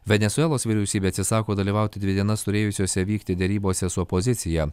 venesuelos vyriausybė atsisako dalyvauti dvi dienas turėjusiose vykti derybose su opozicija